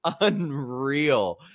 unreal